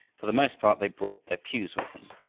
for the most part they brought their pews with them.